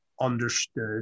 understood